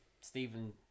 Stephen